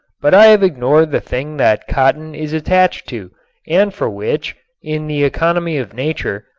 but i have ignored the thing that cotton is attached to and for which, in the economy of nature,